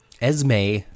Esme